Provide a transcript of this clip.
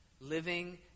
Living